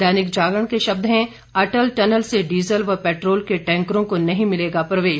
दैनिक जागरण के शब्द हैं अटल टनल से डीजल व पैट्रोल के टैंकरों को नहीं मिलेगा प्रवेश